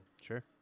Sure